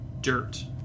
dirt